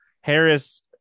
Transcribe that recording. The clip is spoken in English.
Harris